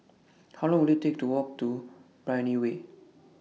How Long Will IT Take to Walk to Brani Way